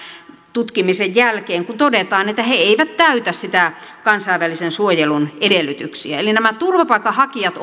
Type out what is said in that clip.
tutkimisen jälkeen kun todetaan että he he eivät täytä niitä kansainvälisen suojelun edellytyksiä eli nämä turvapaikanhakijat